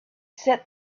said